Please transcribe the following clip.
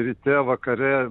ryte vakare